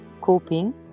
coping